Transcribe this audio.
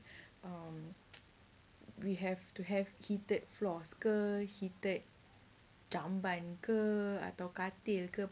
um we have to have heated floors ke heated jamban atau katil ke